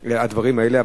על הדברים האלה.